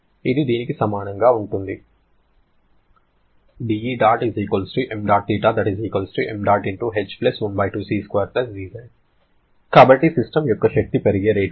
ఇది దీనికి సమానంగా ఉంటుంది కాబట్టి సిస్టమ్ యొక్క శక్తి పెరిగే రేటు ఇది